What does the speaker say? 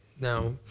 Now